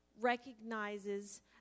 recognizes